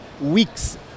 weeks